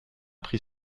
prix